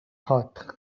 hot